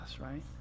right